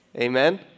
Amen